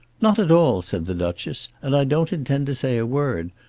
not at all, said the duchess, and i don't intend to say a word.